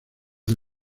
del